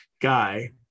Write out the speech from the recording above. guy